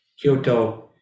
Kyoto